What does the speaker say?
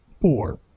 four